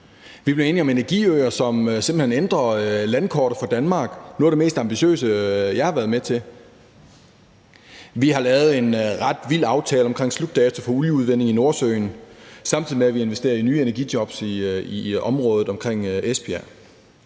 Vi blev enige om energiøer, som simpelt hen ændrer landkortet for Danmark – noget af det mest ambitiøse, jeg har været med til. Vi har lavet en ret vild aftale omkring slutdato for olieudvinding i Nordsøen, samtidig med at vi investerer i nye energijobs i området omkring Esbjerg.